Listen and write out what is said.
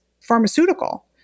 pharmaceutical